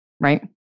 right